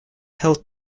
health